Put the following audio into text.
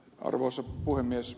arvoisa puhemies